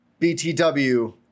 BTW